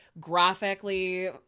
graphically